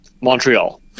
Montreal